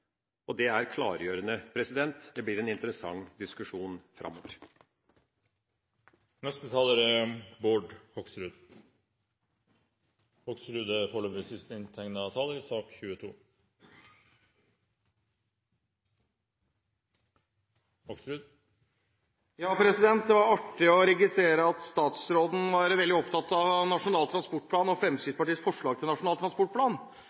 og det er klargjørende. Det blir en interessant diskusjon framover. Det var artig å registrere at statsråden var opptatt av Nasjonal transportplan og Fremskrittspartiets forslag til Nasjonal transportplan.